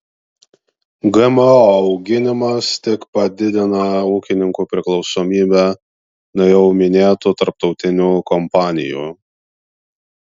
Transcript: gmo auginimas tik padidina ūkininkų priklausomybę nuo jau minėtų tarptautinių kompanijų